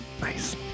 nice